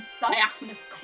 diaphanous